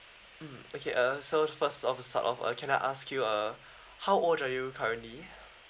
mm okay uh so first off to start off uh can I ask you uh how old are you currently